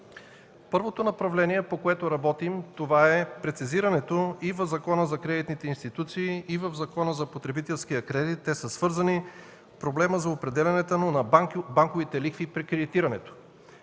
Първото направление, по което работим, е прецизирането в Закона за кредитните институции и в Закона за потребителския кредит – те са свързани, проблемът за определянето на банковите лихви и при кредитирането.